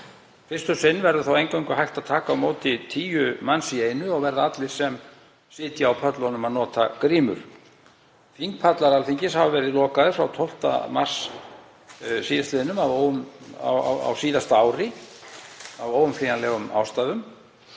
Fyrst um sinn verður þó eingöngu hægt að taka á móti tíu manns í einu og verða allir sem sitja á pöllunum að nota grímur. Þingpallar Alþingis hafa verið lokaðir frá 12. mars á síðasta ári af óumflýjanlegum ástæðum